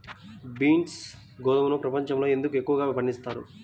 బన్సీ గోధుమను ప్రపంచంలో ఎందుకు ఎక్కువగా పండిస్తారు?